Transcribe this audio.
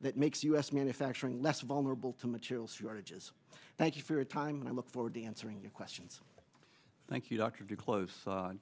that makes u s manufacturing less vulnerable to materials shortages thank you for a time when i look forward to answering your questions thank you dr to close